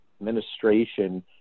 administration